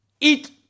eat